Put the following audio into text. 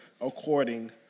according